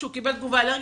שהוא קיבל תגובה אלרגית,